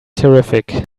terrific